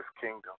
kingdom